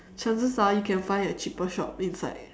chances are you can find a cheaper shop inside